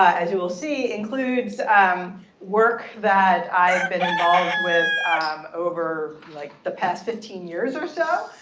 as you will see, includes um work that i've been involved with um over like the past fifteen years or so.